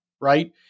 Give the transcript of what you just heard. right